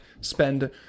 spend